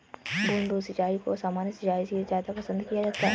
बूंद बूंद सिंचाई को सामान्य सिंचाई से ज़्यादा पसंद किया जाता है